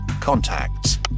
contacts